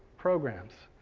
programs.